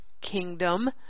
kingdom